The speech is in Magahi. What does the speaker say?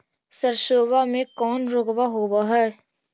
सरसोबा मे कौन रोग्बा होबय है?